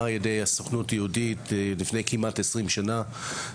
על ידי הסוכנות היהודית לפני כמעט 20 שנה.